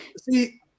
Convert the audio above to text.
see